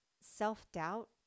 self-doubt